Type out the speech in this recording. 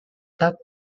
top